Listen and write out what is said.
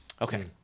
Okay